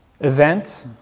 event